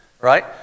right